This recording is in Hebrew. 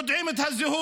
היו יודעים את הזהות,